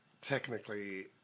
technically